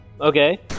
Okay